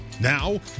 Now